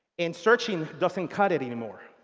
and searching doesn't cut it anymore.